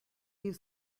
use